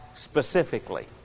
specifically